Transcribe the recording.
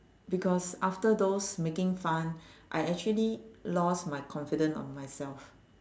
because after those making fun I actually lost my confidence on myself